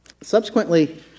Subsequently